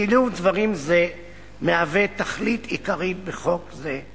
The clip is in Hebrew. שילוב דברים זה מהווה תכלית עיקרית בחוק זה,